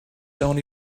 only